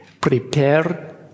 Prepare